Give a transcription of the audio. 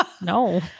no